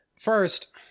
First